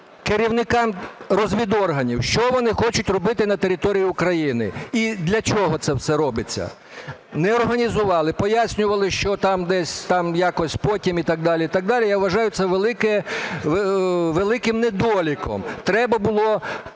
керівникам розвідорганам, що вони хочуть робити на території України і для чого це все робиться. Не організували. Пояснювали, що там десь, там якось потім і так далі. Я вважаю це великим недоліком. Треба було